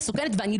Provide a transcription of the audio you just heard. היא לא